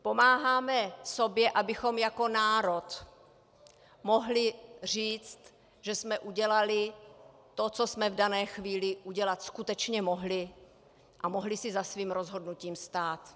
Pomáháme sobě, abychom jako národ mohli říct, že jsme udělali to, co jsme v dané chvíli udělat skutečně mohli, a mohli si za svým rozhodnutím stát.